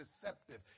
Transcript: deceptive